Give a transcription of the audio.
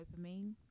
dopamine